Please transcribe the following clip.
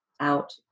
Out